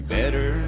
better